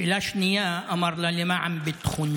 שאלה שנייה, אמר לה: למען ביטחונך: